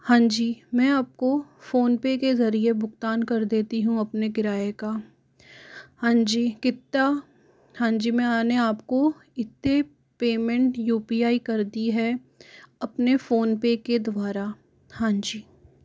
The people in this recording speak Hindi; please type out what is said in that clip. हाँ जी मैं आपको फ़ोनपे के ज़रिये भुगतान कर देती हूँ अपने किराए का हाँ जी किटन हाँ जी मैंने आपको इतने पेमेंट यू पी आई कर दी है अपने फ़ोनपे के द्वारा हाँ जी